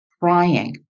crying